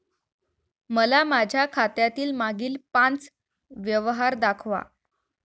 मला माझ्या खात्यातील मागील पांच व्यवहार दाखवा